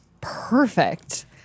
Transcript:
perfect